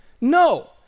no